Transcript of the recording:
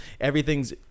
Everything's